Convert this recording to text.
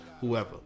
whoever